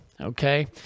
okay